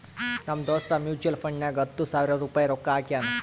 ನಮ್ ದೋಸ್ತ್ ಮ್ಯುಚುವಲ್ ಫಂಡ್ನಾಗ್ ಹತ್ತ ಸಾವಿರ ರುಪಾಯಿ ರೊಕ್ಕಾ ಹಾಕ್ಯಾನ್